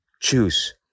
Choose